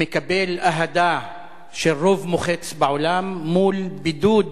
מקבל אהדה של רוב מוחץ בעולם מול בידוד